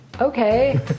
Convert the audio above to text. okay